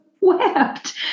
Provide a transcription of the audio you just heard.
wept